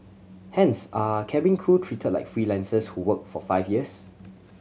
hence are cabin crew treated like freelancers who work for five years